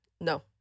No